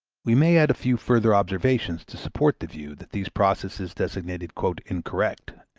we may add a few further observations to support the view that these processes designated incorrect